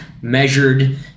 measured